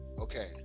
Okay